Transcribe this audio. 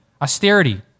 austerity